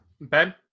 Ben